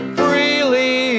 freely